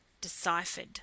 deciphered